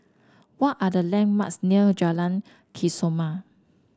what are the landmarks near Jalan Kesoma